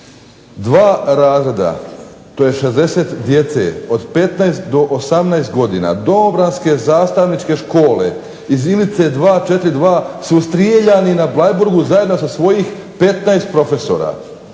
dva razreda, to je 60 djece od 15 do 18 godina domobranske zastavničke škole iz Ilice 242 su strijeljani na Bleiburgu zajedno sa svojih 15 profesora,